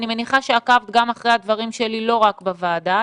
אני מניחה שעקבת גם אחרי הדברים שלי לא רק בוועדה,